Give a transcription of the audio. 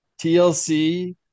TLC